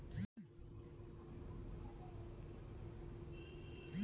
धानकटनी के बाद कृषक धान के सही रूप सॅ भंडार में रखैत अछि